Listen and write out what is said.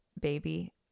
baby